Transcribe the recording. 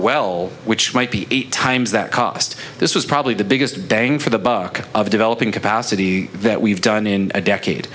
well which might be eight times that cost this was probably the biggest bang for the buck of develop in capacity that we've done in a decade